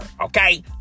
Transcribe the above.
okay